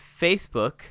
Facebook